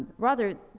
rather,